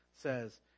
says